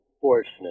fortunate